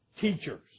teachers